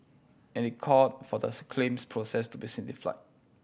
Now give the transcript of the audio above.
and it called for the's claims process to be simplified